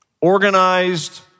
Organized